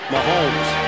Mahomes